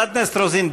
חברת הכנסת רוזין,